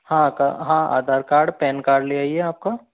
हाँ का Aadhaar card PAN card ले आई आपका